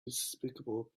despicable